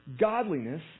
godliness